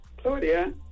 Claudia